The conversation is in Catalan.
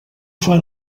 fan